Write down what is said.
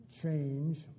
change